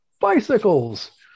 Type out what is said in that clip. bicycles